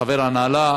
חבר ההנהלה,